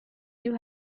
you